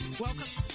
welcome